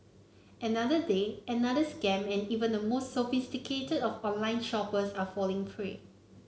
another day another scam and even the most sophisticated of online shoppers are falling prey